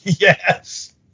Yes